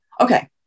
Okay